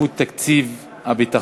שקיפות תקציב הביטחון),